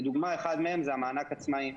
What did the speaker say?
לדוגמה, אחד מהם זה המענק עצמאים.